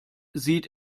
sieht